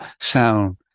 sound